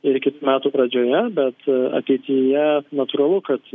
ir kitų metų pradžioje bet ateityje natūralu kad